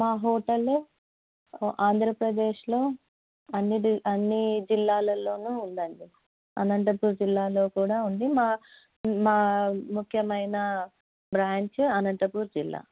మా హోటళ్ళు ఆంధ్రప్రదేశలో అన్ని అన్ని జిల్లాల్లోనూ ఉందండి అనంతపూర్ జిల్లాలో కూడా ఉంది మా మా ముఖ్యమైన బ్రాంచ అనంతపూర్ జిల్లా